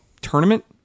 tournament